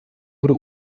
wurde